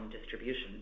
distribution